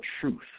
truth